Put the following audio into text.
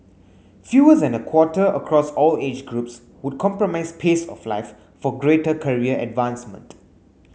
fewer than a quarter across all age groups would compromise pace of life for greater career advancement